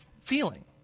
feeling